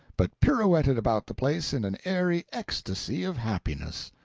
but pirouetted about the place in an airy ecstasy of happiness.